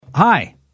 Hi